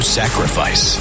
sacrifice